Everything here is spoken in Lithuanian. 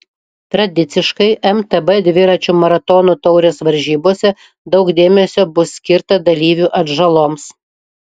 tradiciškai mtb dviračių maratonų taurės varžybose daug dėmesio bus skirta dalyvių atžaloms